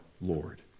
Lord